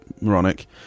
moronic